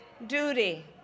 duty